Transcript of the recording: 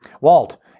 Walt